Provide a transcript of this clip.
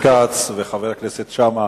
חבר הכנסת כץ וחבר הכנסת שאמה,